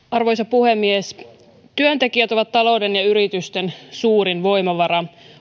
arvoisa puhemies työntekijät ovat talouden ja yritysten suurin voimavara